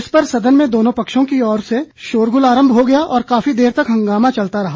इस पर सदन में दोनों पक्षों की ओर से शोरगुल आरंभ हो गया और काफी देर तक हंगामा चलता रहा